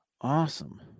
Awesome